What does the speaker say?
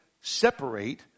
separate